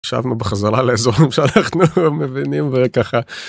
שבנו בחזרה לאזור הממשלה המבינים וככה.